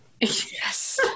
Yes